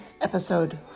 episode